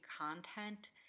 content